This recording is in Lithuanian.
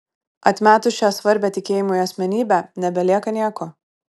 atmetus šią svarbią tikėjimui asmenybę nebelieka nieko